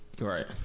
Right